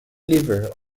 liver